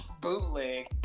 bootleg